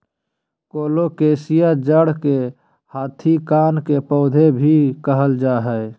colocasia जड़ के हाथी कान के पौधा भी कहल जा हई